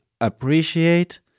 appreciate—